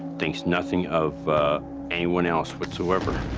thinks nothing of anyone else whatsoever.